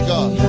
God